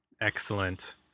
Excellent